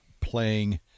playing